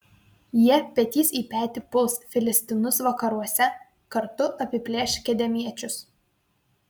jie petys į petį puls filistinus vakaruose kartu apiplėš kedemiečius